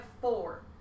four